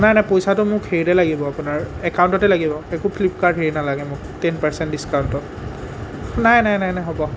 নাই নাই পইচাটো মোক হেৰিতে লাগিব আপোনাৰ একাউণ্টতে লাগিব একো ফ্লিপকাৰ্ট হেৰি নালাগে মোক টেন পাৰ্চেণ্ট ডিচকাউণ্টত নাই নাই নাই নাই হ'ব